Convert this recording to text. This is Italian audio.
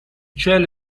cielo